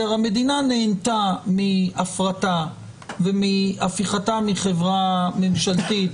המדינה נהנתה מהפרטה ומהפיכתה מחברה ממשלתית,